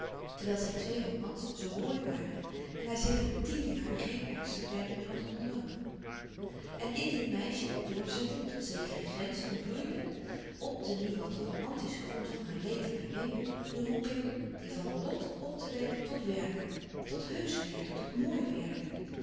terwijl zijn twee romans zoo mooi waren en hij sedert louis couperus van oude menschen de dingen die voorbij gaan tien jaren geen ernstig werk meer had ondernomen en in dit meisje doorzettend tot zekere grens ontbloeide op den nu wat romantischen grond van haar leed en haar weemoed de roeping die van lot op te wekken tot werken tot heusch werken tot mooi werken